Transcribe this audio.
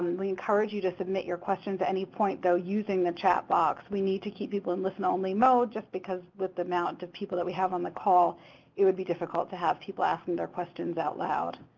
we we encourage you to submit your questions at any point though using the chat box. we need to keep people in listen-only mode just because with the amount of people that we have on the call it would be difficult to have people asking their questions out loud.